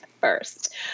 first